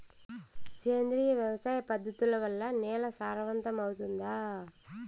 సేంద్రియ వ్యవసాయ పద్ధతుల వల్ల, నేల సారవంతమౌతుందా?